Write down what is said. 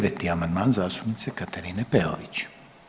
9. amandman zastupnice Katarine Peović.